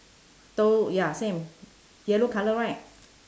to~ ya same yellow colour right